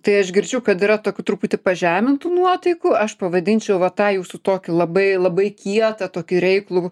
tai aš girdžiu kad yra tokių truputį pažemintų nuotaikų aš pavadinčiau va tą jūsų tokį labai labai kietą tokį reiklų